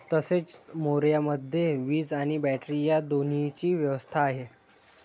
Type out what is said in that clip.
तसेच मोऱ्यामध्ये वीज आणि बॅटरी या दोन्हीची व्यवस्था आहे